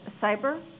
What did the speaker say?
cyber